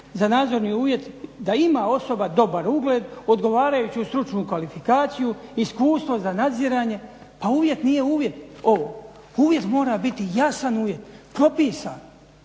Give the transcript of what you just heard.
54.za nadzorni uvjet da ima osoba dobar ugled, odgovarajuću stručnu kvalifikaciju, iskustvo za nadziranje. Pa uvjet nije uvjet ovo, uvjet mora biti jasan uvjet, propisan,